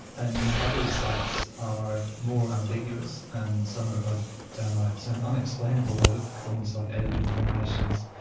and other sites are more ambiguous, and some are ah downright so unexplainable, they look almost like alien formations,